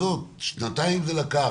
שנתיים זה לקח.